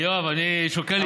יואב, אני שוקל להיפגע.